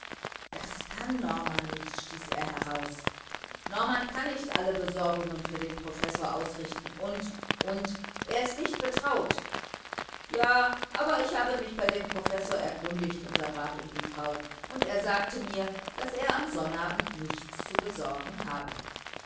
das kann norman nicht stieß er heraus norman kann nicht alle besorgungen für den professor ausrichten und und er ist nicht betraut ja aber ich habe mich bei dem professor erkundigt unterbrach ihn die frau und er sagte mir daß er am sonnabend nichts zu besorgen habe